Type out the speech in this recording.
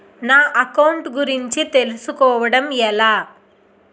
నా అకౌంట్ గురించి తెలుసు కోవడం ఎలా?